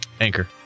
Anchor